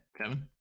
Kevin